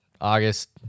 August